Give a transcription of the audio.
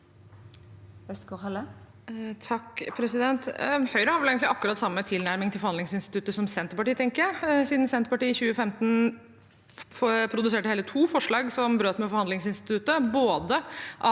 egentlig akkurat samme tilnærming til forhandlingsinstituttet som Senterpartiet, tenker jeg, siden Senterpartiet i 2015 produserte hele to forslag som brøt med forhandlingsinstituttet – både